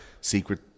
secret